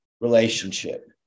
relationship